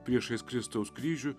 priešais kristaus kryžių